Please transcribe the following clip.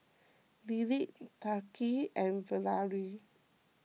Lillie Tariq and Valery